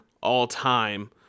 all-time